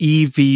EV